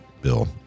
Bill